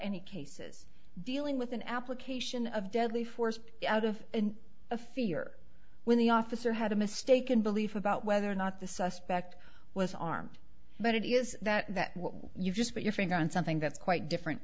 any cases dealing with an application of deadly force out of a fear when the officer had a mistaken belief about whether or not the suspect was armed but it is that what you've just put your finger on something that's quite different